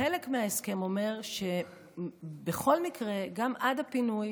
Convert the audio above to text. חלק מההסכם אומר שבכל מקרה, גם עד הפינוי,